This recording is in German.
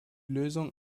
lösung